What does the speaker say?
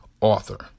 author